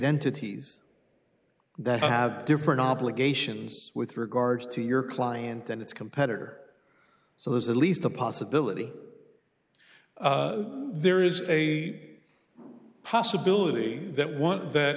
entities that have different obligations with regards to your client and its competitor so there's at least the possibility there is a possibility that one that